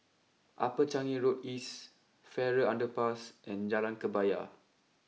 Upper Changi Road East Farrer Underpass and Jalan Kebaya